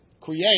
create